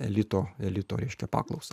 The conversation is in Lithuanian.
elito elito reiškia paklausą